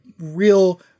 real